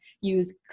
use